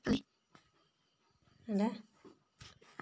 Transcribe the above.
Agri ಮಾರ್ಟ್ನಲ್ಲಿ ಉಳ್ಮೆ ಯಂತ್ರ ತೆಕೊಂಡ್ರೆ ಸಬ್ಸಿಡಿ ಎಷ್ಟು ಸಿಕ್ತಾದೆ?